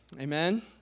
Amen